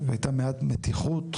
הייתה מעט מתיחות.